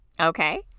Okay